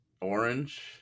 orange